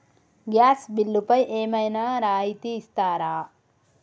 Gas బిల్లుపై ఏమైనా రాయితీ ఇస్తారా?